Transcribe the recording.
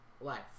life